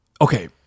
okay